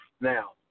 Now